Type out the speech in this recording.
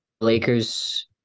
Lakers